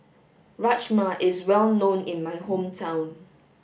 Rajma is well known in my hometown